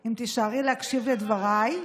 אם תישארי להקשיב לדבריי.